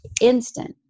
instant